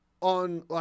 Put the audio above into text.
On